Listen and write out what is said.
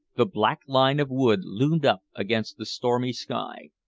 the black line of wood loomed up against the stormy sky.